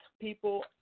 people